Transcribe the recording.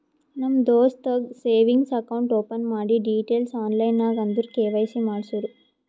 ನಮ್ ದೋಸ್ತಗ್ savings account open ಮಾಡಿ ಡೀಟೈಲ್ಸ್ ಆನ್ಲೈನ್ ನಾಗ್ ಅಂದುರ್ ಕೆ.ವೈ.ಸಿ ಮಾಡ್ಸುರು